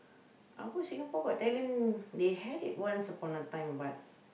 our Singapore-Got-Talent they had it once upon a time but